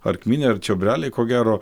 ar kmynai ar čiobreliai ko gero